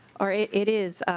or it it is